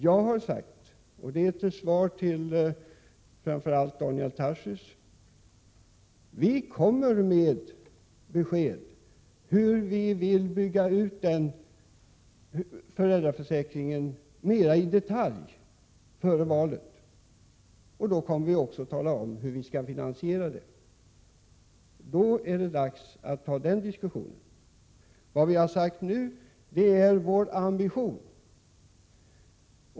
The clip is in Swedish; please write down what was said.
Jag har sagt — som svar till framför allt Daniel Tarschys — att vi före valet kommer med ett besked mer i detalj om hur vi vill bygga ut föräldraförsäkringen, och då kommer vi också att tala om hur vi skall finansiera den utbyggnaden. Då är det dags att föra den diskussionen. Vad vi nu har sagt är vår ambition.